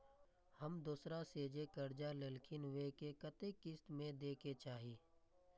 हम दोसरा से जे कर्जा लेलखिन वे के कतेक किस्त में दे के चाही?